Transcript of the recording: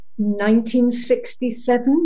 1967